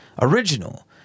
original